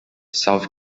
south